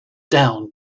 down